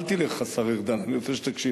אל תלך, השר ארדן, אני רוצה שתקשיב.